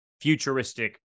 futuristic